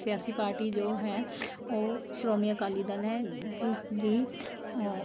ਸਿਆਸੀ ਪਾਰਟੀ ਜੋ ਹੈ ਉਹ ਸ਼੍ਰੋਮਣੀ ਅਕਾਲੀ ਦਲ ਹੈ ਜਿਸ ਦੀ